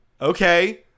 okay